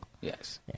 Yes